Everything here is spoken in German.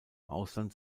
ausland